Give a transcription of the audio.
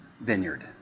vineyard